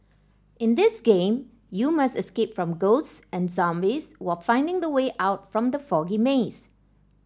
in this game you must escape from ghosts and zombies while finding the way out from the foggy maze